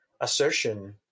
assertion